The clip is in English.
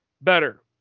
better